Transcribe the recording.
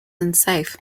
unsafe